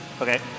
Okay